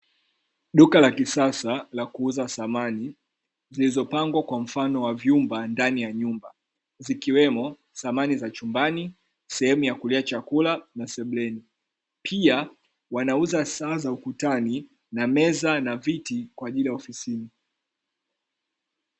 Duka la kisasa la kuuza samani, zilizopangwa kwa mfano wa vyumba ndani ya nyumba. Zikiwemo samani za chumbani, sehemu ya kulia chakula na sebuleni. Pia wanauza saa za ukutani, na meza na viti kwa ajili ya ofisini.